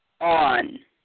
on